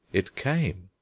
it came.